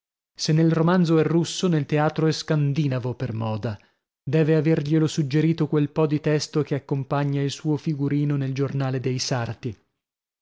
se nel romanzo è russo nel teatro è scandinavo per moda deve averglielo suggerito quel po di testo che accompagna il suo figurino nel giornale dei sarti